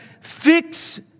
Fix